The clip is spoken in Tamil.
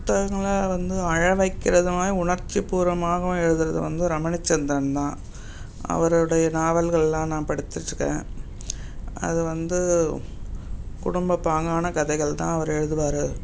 புத்தகங்களை வந்து அழ வைக்கிறதுமாய் உணர்ச்சிப்பூர்வமாகவும் எழுதுறது வந்து ரமணிச்சந்திரன் தான் அவரோடைய நாவல்களெல்லாம் நான் படித்திட்டிருக்கேன் அது வந்து குடும்பப்பாங்கான கதைகள் தான் அவரு எழுதுவாரு